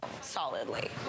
solidly